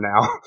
now